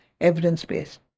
evidence-based